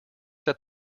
that